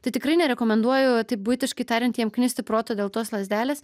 tai tikrai nerekomenduoju taip buitiškai tariant jiem knisti proto dėl tos lazdelės